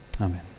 Amen